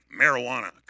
marijuana